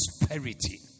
prosperity